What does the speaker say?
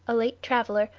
a late traveller,